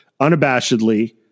unabashedly